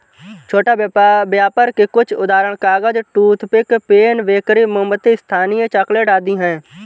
छोटा व्यापर के कुछ उदाहरण कागज, टूथपिक, पेन, बेकरी, मोमबत्ती, स्थानीय चॉकलेट आदि हैं